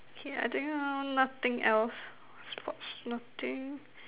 yeah I don't know nothing else sports nothing